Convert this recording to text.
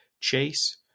Chase